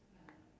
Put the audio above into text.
the bird